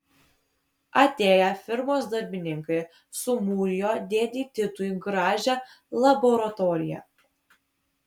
atėję firmos darbininkai sumūrijo dėdei titui gražią laboratoriją